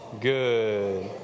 Good